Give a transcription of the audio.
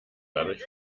dadurch